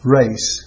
race